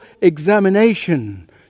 examination